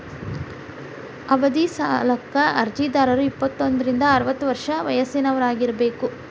ಅವಧಿ ಸಾಲಕ್ಕ ಅರ್ಜಿದಾರ ಇಪ್ಪತ್ತೋಂದ್ರಿಂದ ಅರವತ್ತ ವರ್ಷ ವಯಸ್ಸಿನವರಾಗಿರಬೇಕ